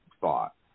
thought